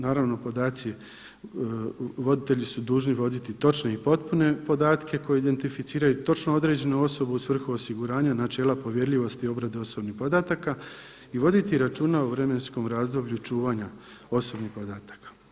Naravno, podaci, voditelji su dužni voditi točne i potpune podatke koji identificiraju točno određenu osobu u svrhu osiguranja načela povjerljivosti obrade osobnih podataka i voditi računa o vremenskom razdoblju čuvanja osobnih podataka.